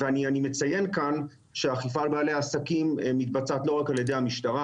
אני מציין כאן שהאכיפה על בעלי העסקים מתבצעת לא רק על ידי המשטרה,